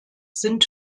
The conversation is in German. sind